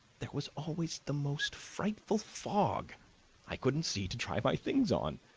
there was always the most frightful fog i couldn't see to try my things on.